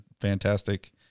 fantastic